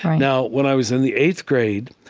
now, when i was in the eighth grade,